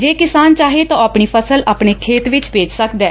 ਜੇ ਕਿਸਾਨ ਚਾਹੇ ਤਾਂ ਉਹ ਆਪਣੀ ਫਸਲ ਆਪਣੇ ਖੇਤ ਵਿਚ ਵੇਚ ਸਕਦੈ